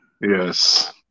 Yes